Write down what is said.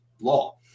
law